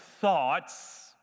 thoughts